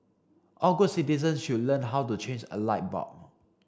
all good citizens should learn how to change a light bulb